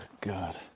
God